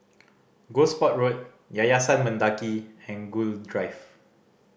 Gosport Road Yayasan Mendaki and Gul Drive